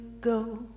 go